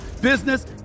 business